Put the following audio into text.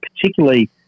particularly